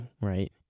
right